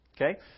Okay